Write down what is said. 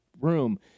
room